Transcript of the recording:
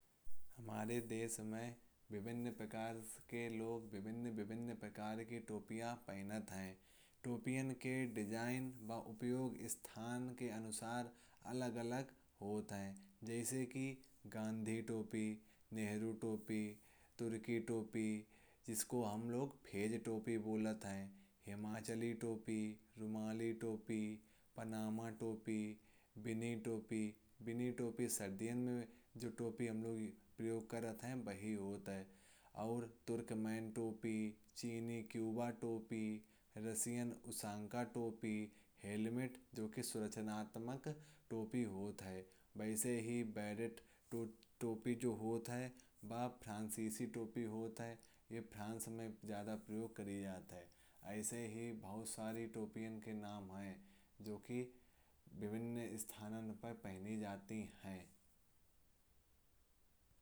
हमारे देश में विभिन्न प्रकार के लोग विभिन्न विभिन्न प्रकार की टोपियाँ पहनते हैं। टोपियाँ के डिजाइन व उपयोग स्थान के अनुसार अलग अलग होते हैं। जैसे कि गांधी टोपी, नेहरू टोपी, तुर्की टोपी। जिसको हम लोग पेज टोपी बोलते हैं, हिमाचली टोपी, रुमाली टोपी, पनामा टोपी। बिन्नी टोपी, बिन्नी टोपी, सर्दियों में जो टोपी हम लोग प्रयोग करते हैं वही होता है। और तुर्कमेन टोपी, चीनी, क्यूबा टोपी, रूसीओन ऊसांका टोपी। हेलमेट जो कि संरचनात्मक टोपी होता है वैसे ही टोपी जो होता है बाप फ्रांसीसी टोपी होता है। ये फ्रांस में ज्यादा प्रयोग करी जाती है। ऐसे ही बहुत सारी टोपी इनके नाम हैं जो कि विभिन्न स्थानों पर पहनी जाती हैं।